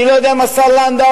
אני לא יודע אם השר לנדאו,